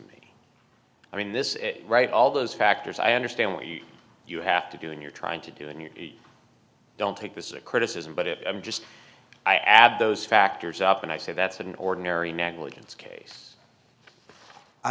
me i mean this is a right all those factors i understand what you you have to do and you're trying to do and you don't take this a criticism but if i'm just i add those factors up and i say that's an ordinary negligence case i